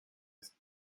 ist